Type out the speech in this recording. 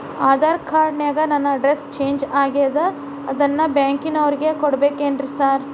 Aadhaar card ನ್ಯಾಗ ನನ್ address change ಆಗ್ಯಾದ ಅದನ್ನ ಬ್ಯಾಂಕಿನೊರಿಗೆ ಕೊಡ್ಬೇಕೇನ್ರಿ ಸಾರ್?